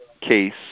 case